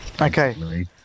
Okay